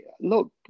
Look